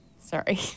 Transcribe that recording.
sorry